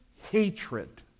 hatred